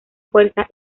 fuerza